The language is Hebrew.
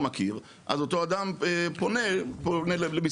מכיר, אז אותו אדם פונה אלינו.